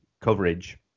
coverage